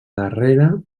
darrera